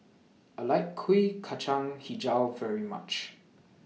I like Kuih Kacang Hijau very much